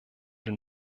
den